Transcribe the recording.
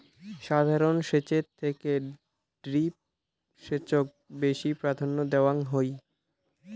সাধারণ সেচের থেকে ড্রিপ সেচক বেশি প্রাধান্য দেওয়াং হই